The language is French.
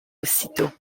aussitôt